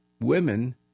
women